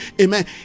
amen